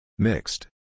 Mixed